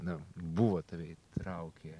na buvo tave įtraukę